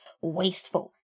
wasteful